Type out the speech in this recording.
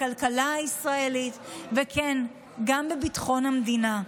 בכלכלה הישראלית, וכן, גם בביטחון המדינה.